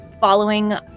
following